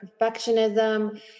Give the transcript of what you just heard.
perfectionism